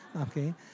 okay